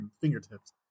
fingertips